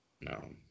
No